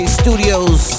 studios